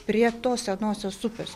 prie tos senosios upės